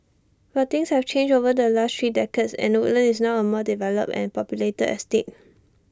but things have changed over the last three decades and Woodlands is now A more developed and populated estate